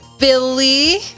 Billy